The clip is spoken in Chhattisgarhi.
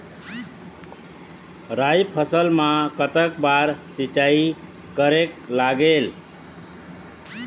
राई फसल मा कतक बार सिचाई करेक लागेल?